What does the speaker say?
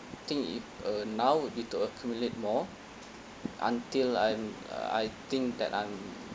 I think if uh now would be to accumulate more until I'm uh I think that I'm